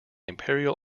imperial